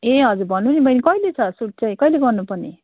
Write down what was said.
ए हजुर भन्नु नि बैनी कहिले छ सुट चाहिँ कहिले गर्नुपर्ने